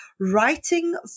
writing